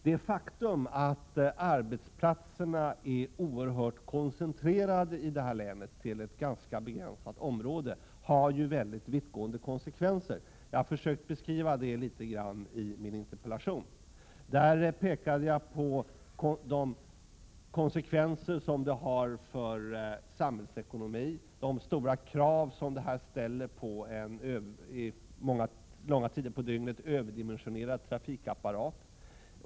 Det faktum att arbetsplatserna i länet är oerhört koncentrerade till ett ganska begränsat område har väldigt vittgående konsekvenser. Jag har försökt att beskriva det litet grand i min interpellation. Där pekade jag på de konsekvenser som denna koncentration får för samhällsekonomin, de stora krav som ställs på en under lång tid av dygnet överdimensionerad trafikapparat.